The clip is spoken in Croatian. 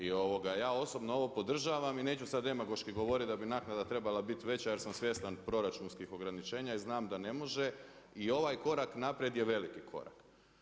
I ovoga, ja osobno ovo podržavam i neću sad demagoški govorit da bi naknada trebala biti veća, jer sam svjestan proračunskih ograničena i znam da ne može i ovaj korak naprijed je veliki korak.